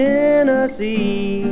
Tennessee